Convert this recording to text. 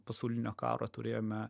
pasaulinio karo turėjome